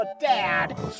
dad